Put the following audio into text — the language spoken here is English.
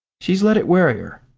she's let it worry her.